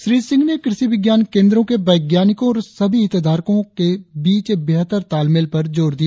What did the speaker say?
श्री सिंह ने कृषि विज्ञान केंद्रो के वैज्ञानिको और सभी हितधारको के बीच बेहतर ताल मेल पर जोर दिया